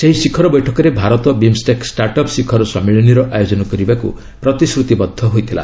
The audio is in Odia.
ସେହି ଶିଖର ବୈଠକରେ ଭାରତ 'ବିମ୍ଷ୍ଟେକ୍ ଷ୍ଟାର୍ଟ ଅପ୍ ଶିଖର ସମ୍ମିଳନୀ'ର ଆୟୋଜନ କରିବାକୁ ପ୍ରତିଶ୍ରୁତିବଦ୍ଧ ହୋଇଥିଲା